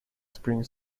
spring